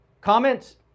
comments